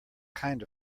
kind